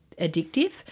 addictive